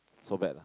so bad ah